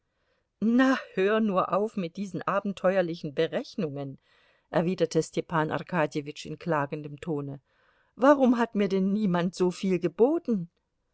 na hör nur auf mit diesen abenteuerlichen berechnungen erwiderte stepan arkadjewitsch in klagendem tone warum hat mir denn niemand so viel geboten